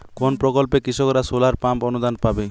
কোন প্রকল্পে কৃষকরা সোলার পাম্প অনুদান পাবে?